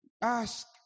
ask